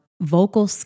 vocal